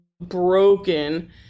broken